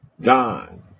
Don